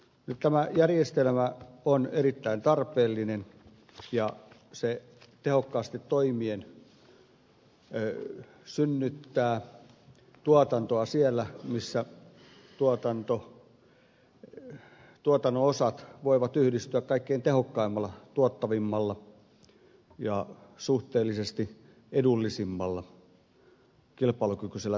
tämä järjestelmä on erittäin tarpeellinen ja se tehokkaasti toimiessaan synnyttää tuotantoa siellä missä tuotannon osat voivat yhdistyä kaikkein tehokkaimmalla tuottavimmalla ja suhteellisesti edullisimmalla kilpailukykyisellä tavalla